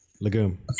Legume